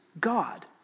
God